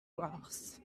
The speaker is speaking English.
grass